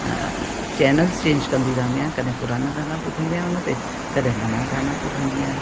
channels change कंदी रहंदी आहियां कॾहिं पुराणा गाना ॿुधंदी आहियां उन ते कॾहिं नवां गाना ॿुधंदी आहियां